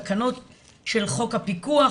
תקנות של חוק הפיקוח,